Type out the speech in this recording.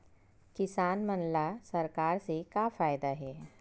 किसान मन ला सरकार से का फ़ायदा हे?